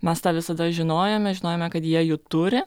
mes tą visada žinojome žinojome kad jie jų turi